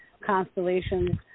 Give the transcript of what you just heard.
constellations